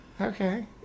Okay